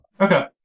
Okay